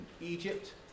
Egypt